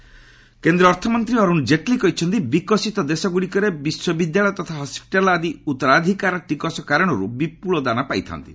Jaitley health care କେନ୍ଦ୍ର ଅର୍ଥମନ୍ତ୍ରୀ ଅରୁଣ ଜେଟ୍ଲୀ କହିଚ୍ଚନ୍ତି ବିକଶିତ ଦେଶଗୁଡ଼ିକରେ ବିଶ୍ୱବିଦ୍ୟାଳୟ ତଥା ହସ୍ୱିଟାଲ୍ ଆଦି ଉତ୍ତରାଧିକାର ଟିକସ କାରଣରୁ ବିପୁଳ ଦାନ ପାଇଥା'ନ୍ତି